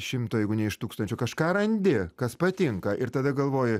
šimto jeigu ne iš tūkstančio kažką randi kas patinka ir tada galvoji